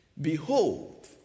Behold